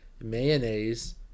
mayonnaise